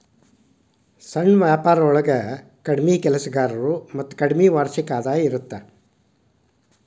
ಸಣ್ಣ ವ್ಯಾಪಾರೊಳಗ ಕಡ್ಮಿ ಕೆಲಸಗಾರರು ಮತ್ತ ಕಡ್ಮಿ ವಾರ್ಷಿಕ ಆದಾಯ ಇರತ್ತ